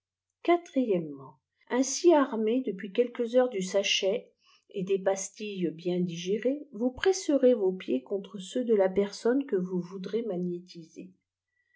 ainsi armé depuis quelques heures du sachet et les pastilles bien digérées vous presserez vos pieds contre ceux d la personne que vous voudrez magnétiser